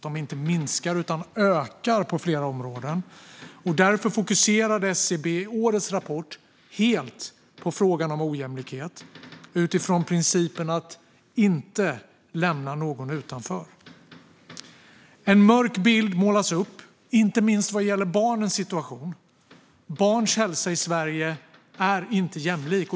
De minskar inte utan ökar på flera områden. Därför fokuserar SCB i årets rapport helt på frågan om ojämlikhet utifrån principen att inte lämna någon utanför. En mörk bild målas upp, inte minst vad gäller barnens situation. Barns hälsa i Sverige är inte jämlik.